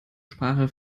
sprache